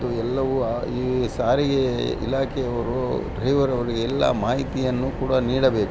ಅದು ಎಲ್ಲವು ಆ ಈ ಸಾರಿಗೆ ಇಲಾಖೆಯವರು ಡ್ರೈವರವರಿಗೆ ಎಲ್ಲ ಮಾಹಿತಿಯನ್ನು ಕೂಡ ನೀಡಬೇಕು